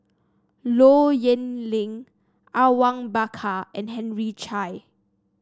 Low Yen Ling Awang Bakar and Henry Chia